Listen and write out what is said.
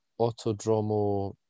Autodromo